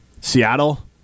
Seattle